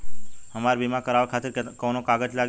हमरा बीमा करावे खातिर कोवन कागज लागी?